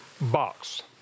box